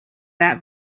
that